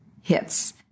hits